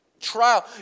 trial